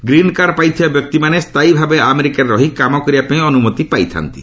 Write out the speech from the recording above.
green card ପାଇଥିବା ବ୍ୟକ୍ତିମାନେ ସ୍ଥାୟୀ ଭାବରେ ଆମେରିକାରେ ରହି କାମ କରିବା ପାଇଁ ଅନୁମତି ପାଇଥାନ୍ତି